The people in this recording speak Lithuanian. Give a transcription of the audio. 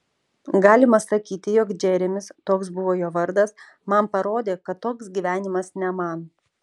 galima sakyti jog džeremis toks buvo jo vardas man parodė kad toks gyvenimas ne man